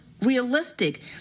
realistic